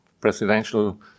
presidential